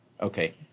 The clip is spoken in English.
Okay